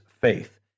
faith